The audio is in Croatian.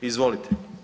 Izvolite.